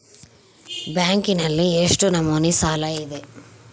ಬ್ಯಾಂಕಿನಲ್ಲಿ ಎಷ್ಟು ನಮೂನೆ ಸಾಲ ಇದೆ?